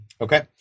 Okay